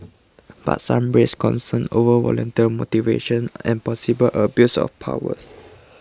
but some raised concerns over volunteer motivations and possible abuse of powers